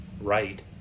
right